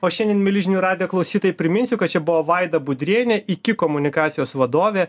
o šiandien milžinių radijo klausytojai priminsiu kad čia buvo vaida budrienė iki komunikacijos vadovė